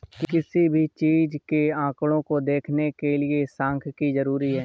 किसी भी चीज के आंकडों को देखने के लिये सांख्यिकी जरूरी हैं